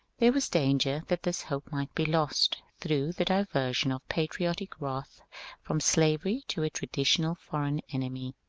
there was danger that this hope might be lost through the diversion of patriotic wrath from slavery to a traditional foreign enemy.